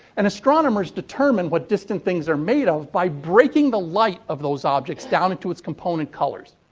and astronomers determine what distant things are made of by breaking the light of those objects down into its component colors.